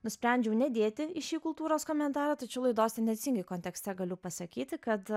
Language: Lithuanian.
nusprendžiau nedėti į šį kultūros komentarą tačiau laidos tendencingai kontekste galiu pasakyti kad